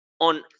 on